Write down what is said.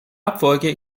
abfolge